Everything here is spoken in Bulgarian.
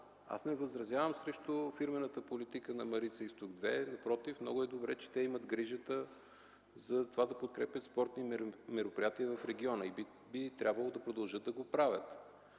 Аз не възразявам срещу фирмената политика на „Марица изток 2”. Напротив, много е добре, че те имат грижата за това да подкрепят спортни мероприятия в региона и би трябвало да продължат да го правят.